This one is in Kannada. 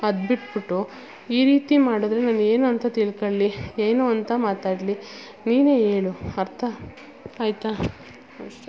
ಅದ್ಬಿಟ್ಟುಬಿಟ್ಟು ಈ ರೀತಿ ಮಾಡಿದರೆ ನಾನು ಏನು ಅಂತ ತಿಳ್ಕೊಳ್ಳಿ ಏನು ಅಂತ ಮಾತಾಡಲಿ ನೀನೆ ಹೇಳು ಅರ್ಥ ಆಯಿತಾ ಅಷ್ಟೆ